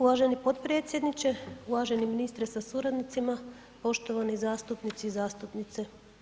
Uvaženi potpredsjedniče, uvaženi ministre sa suradnicima, poštovani zastupnici i zastupnice.